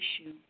issue